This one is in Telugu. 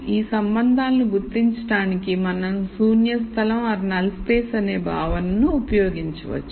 ఈ సంబంధాలను గుర్తించడానికి మనం శూన్య స్థలం అనే భావనను ఉపయోగించవచ్చు